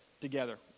together